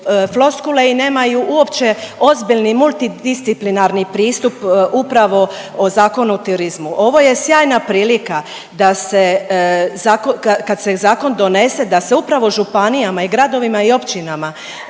i nemaju uopće ozbiljni multidisciplinarni pristup upravo o Zakonu o turizmu. Ovo je sjajna prilika da se zako…, kad, kad se zakon donose da se upravo županijama i gradovima i općinama